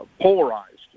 polarized